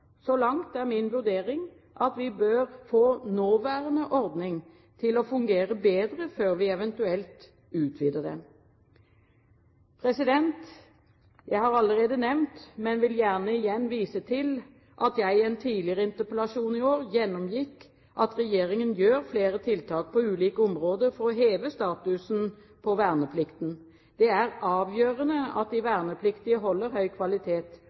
Så langt er min vurdering at vi bør få nåværende ordning til å fungere bedre før vi eventuelt utvider den. Jeg har allerede nevnt, men vil gjerne igjen vise til, at jeg i en tidligere interpellasjon i år gjennomgikk at regjeringen gjør flere tiltak på ulike områder for å heve statusen på verneplikten. Det er avgjørende at de vernepliktige holder høy kvalitet,